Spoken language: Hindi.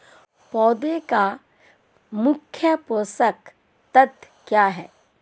पौधे का मुख्य पोषक तत्व क्या हैं?